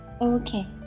Okay